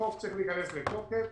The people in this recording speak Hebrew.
החוק צריך להיכנס לתוקף,